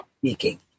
speaking